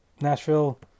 Nashville